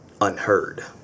unheard